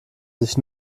sich